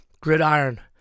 Gridiron